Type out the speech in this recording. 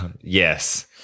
Yes